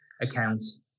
accounts